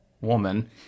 woman